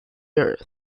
earth